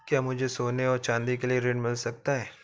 क्या मुझे सोने और चाँदी के लिए ऋण मिल सकता है?